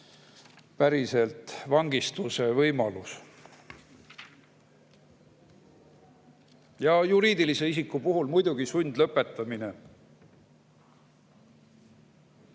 päriselt vangi minemise võimalus ja juriidilise isiku puhul muidugi sundlõpetamine.